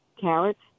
carrots